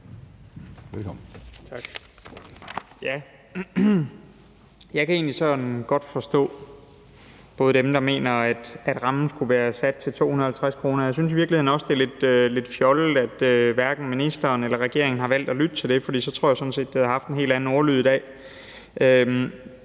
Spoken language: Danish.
Jeg kan egentlig godt forstå dem, der mener, at rammen skulle være sat til 250 kr., og jeg synes i virkeligheden også, det er lidt fjollet, at hverken ministeren eller regeringen har valgt at lytte til det, for så tror jeg sådan set, at det havde haft en helt anden ordlyd i dag.